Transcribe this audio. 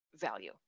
value